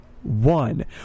One